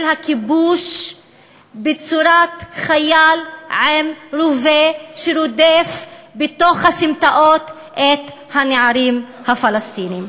הכיבוש בצורת חייל עם רובה שרודף בתוך הסמטאות את הנערים הפלסטינים.